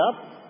up